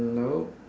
nope